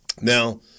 Now